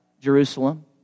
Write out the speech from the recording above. Jerusalem